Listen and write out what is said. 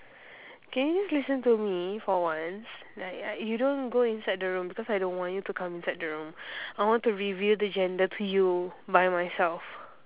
can you just listen me for once like you don't go inside the room because I don't want you to come inside the room I want to reveal the gender to you by myself